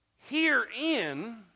herein